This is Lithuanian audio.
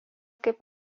kaip